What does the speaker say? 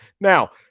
Now